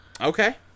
Okay